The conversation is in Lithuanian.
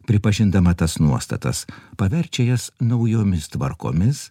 pripažindama tas nuostatas paverčia jas naujomis tvarkomis